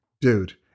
Dude